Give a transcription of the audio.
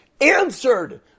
answered